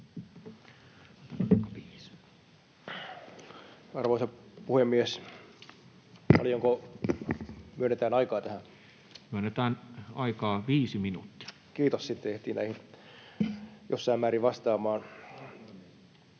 Arvoisa puhemies! Paljonko myönnetään aikaa tähän? Kiitos. Sitten ehtii näihin jossain määrin vastaamaan.